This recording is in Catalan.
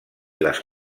les